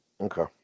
Okay